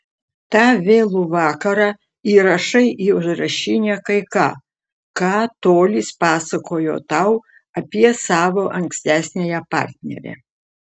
tą vėlų vakarą įrašai į užrašinę kai ką ką tolis pasakojo tau apie savo ankstesniąją partnerę